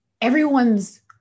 everyone's